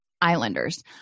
Islanders